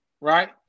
right